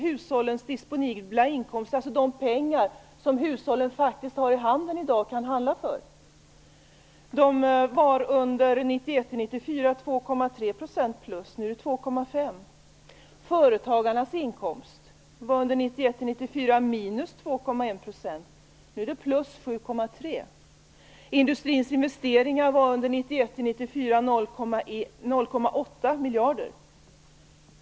Hushållens disponibla inkomst, alltså de pengar hushållen har i handen och kan handla för, var under 1991 0,8 miljarder.